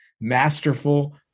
masterful